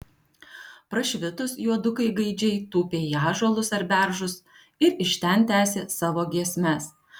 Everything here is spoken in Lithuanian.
prašvitus juodukai gaidžiai tūpė į ąžuolus ar beržus ir iš ten tęsė savo giesmes